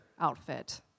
outfit